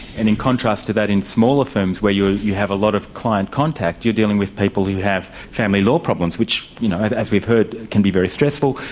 and in contrast to that, in smaller firms where you have a lot of client contact, you're dealing with people who have family law problems, which you know as we've heard, can be very stressful.